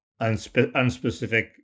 unspecific